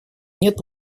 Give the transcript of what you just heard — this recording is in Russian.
нет